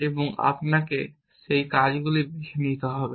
এবং আপনাকে যে কাজগুলি বেছে নিতে হবে